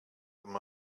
them